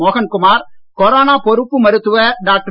Mohankumar corona பொறுப்பு மருத்துவர் doctor